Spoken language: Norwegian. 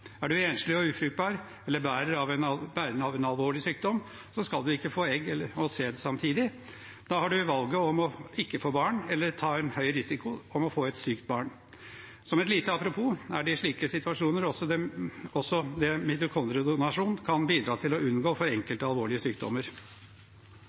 Er du enslig og ufruktbar, eller bærer av en alvorlig sykdom, skal du ikke få egg og sæd samtidig. Da har du valget om ikke å få barn eller ta en høy risiko for å få et sykt barn. Som et lite apropos: Det er også slike situasjoner mitokondriedonasjon kan bidra til å unngå, for